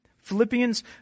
Philippians